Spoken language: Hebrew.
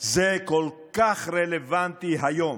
זה כל כך רלוונטי היום.